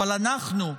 אבל אנחנו,